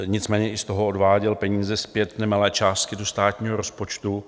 Nicméně i z toho odváděl peníze zpět, nemalé částky, do státního rozpočtu.